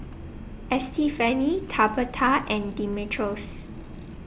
Estefany Tabitha and Dimitrios